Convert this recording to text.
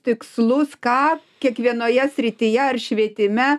tikslus ką kiekvienoje srityje ar švietime